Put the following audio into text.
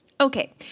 Okay